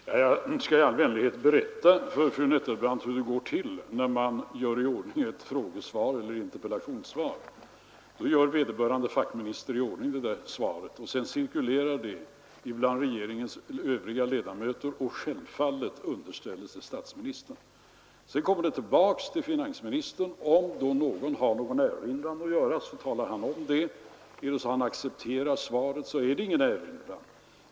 Herr talman! Jag skall i all vänlighet berätta för fru Nettelbrandt hur det går till när man gör i ordning ett frågeeller interpellationssvar. Vederbörande fackminister gör i ordning svaret som sedan cirkulerar bland regeringens övriga ledamöter, och självfallet underställs dei statsministern. Sedan kommer det tillbaka till fackministern. Om någon har en erinran att göra talar han om det. Accepterar han svaret blir det ingen erinran.